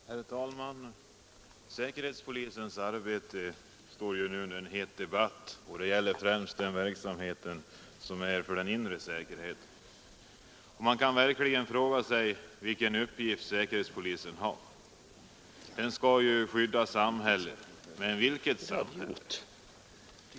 Herr talman! Säkerhetspolisens arbete står ju nu under het debatt; det gäller främst den verksamhet som rör den inre säkerheten. Man kan verkligen fråga sig vilken uppgift säkerhetspolisen har. Den skall ju skydda samhället, men vilket samhälle?